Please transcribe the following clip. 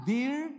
Dear